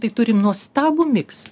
tai turim nuostabų miksą